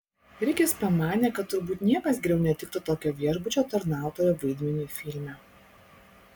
rikis pamanė kad turbūt niekas geriau netiktų tokio viešbučio tarnautojo vaidmeniui filme